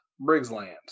briggsland